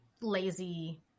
lazy